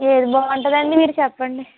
ఏది బాగుంటుందండి మీరు చెప్పండి